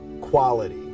quality